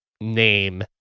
name